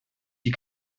die